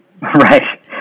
Right